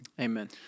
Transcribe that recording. Amen